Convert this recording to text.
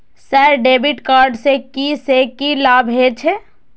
Sir debit card से की से की लाभ हे छे?